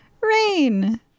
Rain